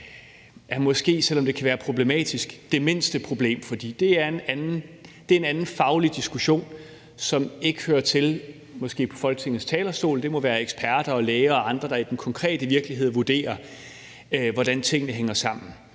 er måske, selv om det kan være problematisk, det mindste problem, fordi det er en anden faglig diskussion, som måske ikke hører til på Folketingets talerstol, men det må være eksperter, læger og andre, der i den konkrete virkelighed vurderer, hvordan tingene hænger sammen.